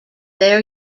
their